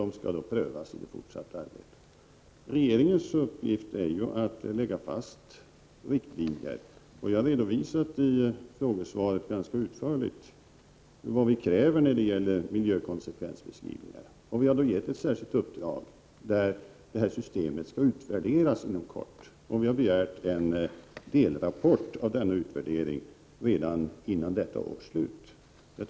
De skall prövas i det fortsatta arbetet. Regeringens uppgift är ju att lägga fast riktlinjer. Jag har ganska utförligt redovisat i frågesvaret vad vi kräver när det gäller miljökonsekvensbeskrivningar. Vi har givit ett särskilt uppdrag om att detta system skall utvärderas inom kort. Vi har begärt en delrapport av denna utvärdering redan före detta års slut.